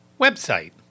website